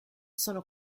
sono